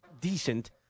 decent